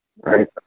right